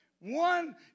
One